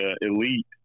Elite